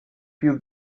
più